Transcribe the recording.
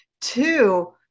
two